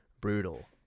brutal